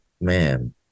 man